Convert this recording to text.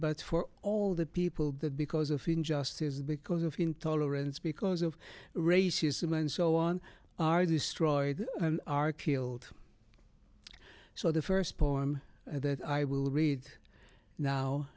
but for all the people that because of injustices because of intolerance because of racism and so on are destroyed and are killed so the first poem that i will read now